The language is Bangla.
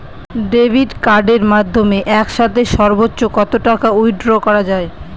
ডেবিট কার্ডের মাধ্যমে একসাথে সর্ব্বোচ্চ কত টাকা উইথড্র করা য়ায়?